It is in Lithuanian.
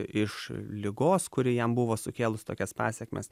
iš ligos kuri jam buvo sukėlus tokias pasekmes